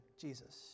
Jesus